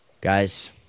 Guys